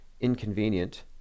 inconvenient